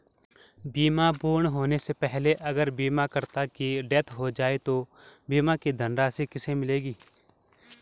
बीमा पूर्ण होने से पहले अगर बीमा करता की डेथ हो जाए तो बीमा की धनराशि किसे मिलेगी?